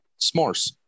S'mores